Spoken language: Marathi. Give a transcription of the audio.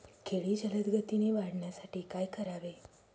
केळी जलदगतीने वाढण्यासाठी काय करावे?